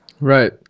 Right